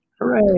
Hooray